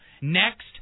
next